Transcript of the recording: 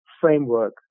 framework